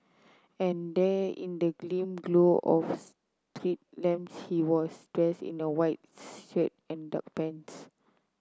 and there in the dim glow of street lamps he was dressed in a white shirt and dark pants